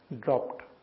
dropped